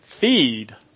feed